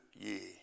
ye